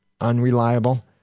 unreliable